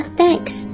Thanks